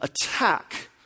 attack